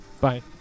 Bye